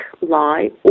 lie